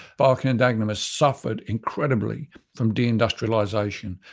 barking and dagenham has suffered incredibly from de-industrialisation.